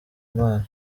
imana